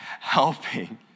helping